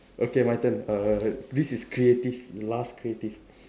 okay my turn uh this is creative last creative